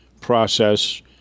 process